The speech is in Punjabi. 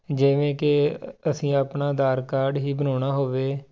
ਜਿਵੇਂ ਕਿ ਅਸੀਂ ਆਪਣਾ ਆਧਾਰ ਕਾਰਡ ਹੀ ਬਣਾਉਣਾ ਹੋਵੇ